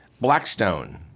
Blackstone